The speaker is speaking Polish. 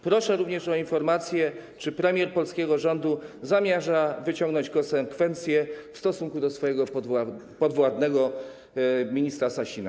Proszę również o informację, czy premier polskiego rządu zamierza wyciągnąć konsekwencje w stosunku do swojego podwładnego ministra Sasina.